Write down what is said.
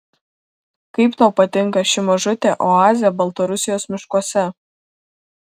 kaip tau patinka ši mažutė oazė baltarusijos miškuose